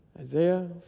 Isaiah